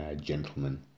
gentlemen